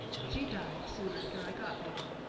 she died soon after i got there.